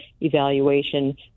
evaluation